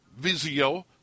Vizio